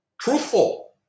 truthful